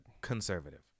Conservative